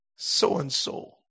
so-and-so